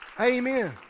Amen